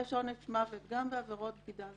יש עונש מוות גם בעבירות בגידה.